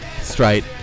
straight